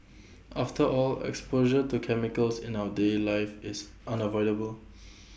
after all exposure to chemicals in our daily life is unavoidable